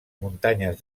muntanyes